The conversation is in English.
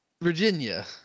Virginia